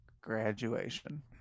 graduation